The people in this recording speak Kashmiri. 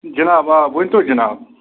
جِناب آ ؤنۍ تَو جِناب